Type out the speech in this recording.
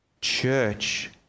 church